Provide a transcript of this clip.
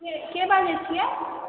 के बाजै छियै